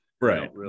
right